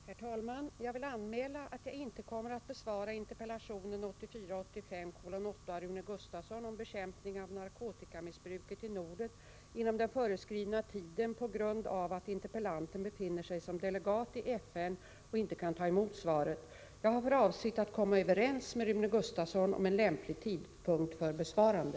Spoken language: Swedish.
Herr talman! Jag vill anmäla att jag inte kommer att besvara interpellation 1984/85:8 av Rune Gustavsson om bekämpning av narkotikamissbruket i Norden inom den föreskrivna tiden, på grund av att interpellanten befinner sig som delegat i FN och inte kan ta emot svaret. Jag har för avsikt att komma överens med Rune Gustavsson om en lämplig tidpunkt för besvarande.